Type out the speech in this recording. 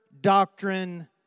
doctrine